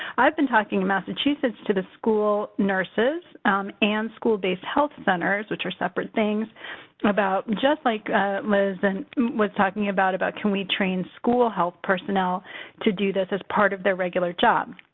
i have been talking in massachusetts to the school nurses and school-based health centers, which are separate things about. just like liz and. was talking about about can we train school health personnel to do this as part of their regular job?